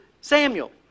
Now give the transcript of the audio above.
Samuel